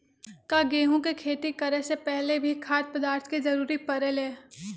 का गेहूं के खेती करे से पहले भी खाद्य पदार्थ के जरूरी परे ले?